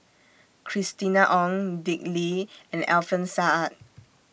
Christina Ong Dick Lee and Alfian Sa'at